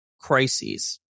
crises